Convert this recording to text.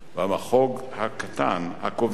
המחוג הקטן, הקובע,